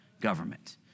government